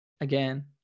again